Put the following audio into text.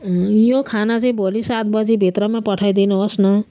यो खाना चाहिँ भोलि सात बजीभित्रमा पठाइदिनु होस् न